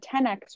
10X